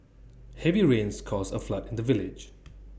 heavy rains caused A flood in the village